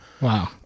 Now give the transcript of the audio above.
wow